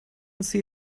see